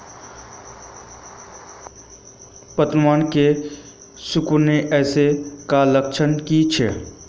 पतबन के सिकुड़ ऐ का लक्षण कीछै?